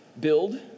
Build